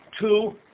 Two